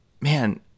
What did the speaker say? man